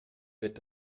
wird